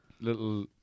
Little